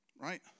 Right